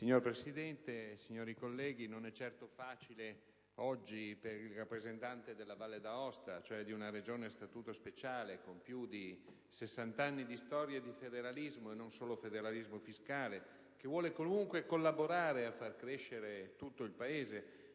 Signora Presidente, onorevoli colleghi, oggi non è certo facile per i rappresentanti della Valle d'Aosta, cioè di una Regione a Statuto speciale con più di 60 anni di storia di federalismo - e non solo di quello fiscale - che vuole comunque collaborare per far crescere tutto il Paese,